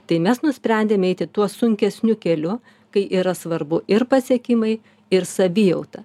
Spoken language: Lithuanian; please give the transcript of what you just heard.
tai mes nusprendėm eiti tuo sunkesniu keliu kai yra svarbu ir pasiekimai ir savijauta